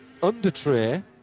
undertray